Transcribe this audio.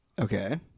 Okay